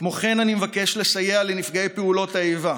כמו כן, אני מבקש לסייע לנפגעי פעולות האיבה.